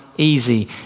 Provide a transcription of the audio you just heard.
easy